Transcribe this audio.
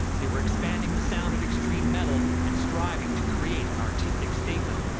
they were expanding the sound of extreme metal, and striving to create an artistic statement.